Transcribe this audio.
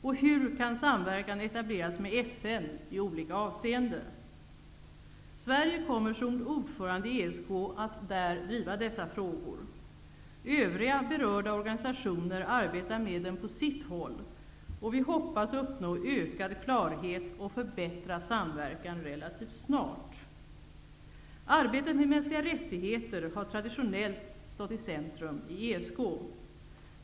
Och hur kan samverkan etableras med FN i olika avseenden? Sverige kommer som ordförande i ESK att där driva dessa frågor. Övriga berörda organisationer arbetar med dem på sitt håll, och vi hoppas uppnå ökad klarhet och förbättrad samverkan relativt snart. Arbetet med mänskliga rättigheter har traditionellt stått i centrum i ESK.